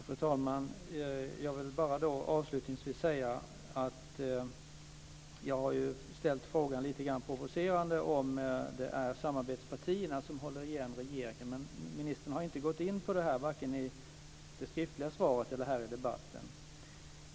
Fru talman! Avslutningsvis vill jag bara säga att jag ju har ställt en lite provocerande fråga om ifall det är samarbetspartierna som håller igen regeringen. Men ministern har inte gått in på det, vare sig i det skriftliga svaret eller här i debatten.